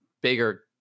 bigger